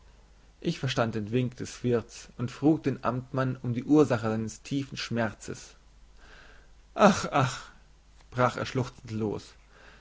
ich verstand den wink des wirts und frug den amtmann um die ursache seines tiefen schmerzes ach ach brach er schluchzend los